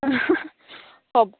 হ'ব